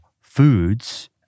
foods